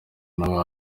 nawe